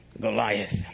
Goliath